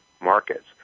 markets